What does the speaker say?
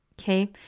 okay